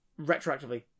retroactively